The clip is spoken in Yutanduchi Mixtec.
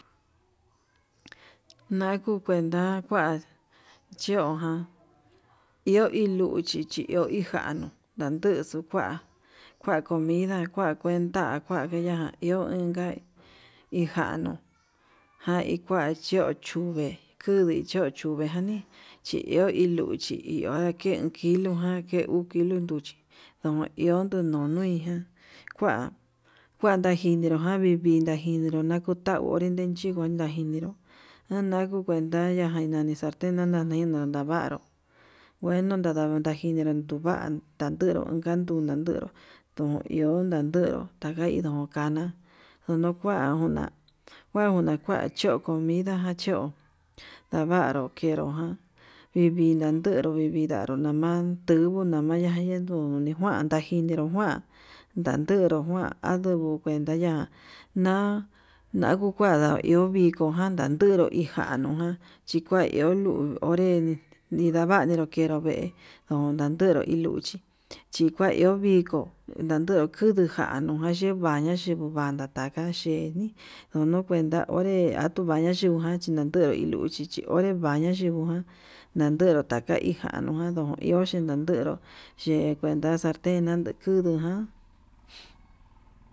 Naku kuenta kua chion jan iho hi luchi chi iho kijanuu, ndanduxu kua comida kua kuenta kua keya iho kuanta hijanu kua iho chuve'e kudi cho chuve janii chi iho hi luchi iho ken, kilo jan ke uu kilo nruchi do ion tunu nuijan kua kuadanjin nridojan vivi ndajinero nakunda nune nechinro najinero, nanaju kuentaya na nani salten nanadino ndavanró kueno ndanajinro unkandunru ndó iho ndandero naka iho kana ndono kua una kua una kua cho'o comida nacho ndavru kenro njuan vivinandero vividanru nama'a nduguu nama'a ningu nikuanta ndainero kuan ndandenru juan anduu uenta ya'a na'a naku kua ikonro janda ndandenru ijanu ján, chikua iho nduu onré ndaninru kenro vee ndondandero hi luchi chi kua iho viko ndande kudu januu naye'e, yuvaña xhiko vaña'a taka xheni yuno kuenta onre danduu ndavaña yinguka undandengu vee luchi onre bvaña'a yenguo, kuan ndandero taka higañuja ndo iho chin nanderó che kuanta salten yunduu kudujan.